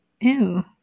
Ew